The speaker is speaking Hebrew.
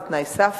זה תנאי סף